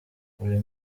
uyu